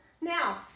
Now